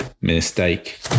mistake